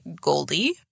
Goldie